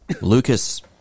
Lucas